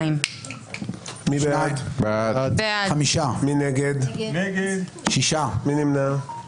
הצבעה לא אושרו.